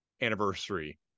anniversary